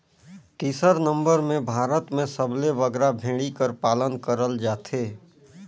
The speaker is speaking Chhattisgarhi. तीसर नंबर में भारत में सबले बगरा भेंड़ी कर पालन करल जाथे